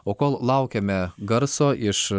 o kol laukiame garso iš